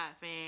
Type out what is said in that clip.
fan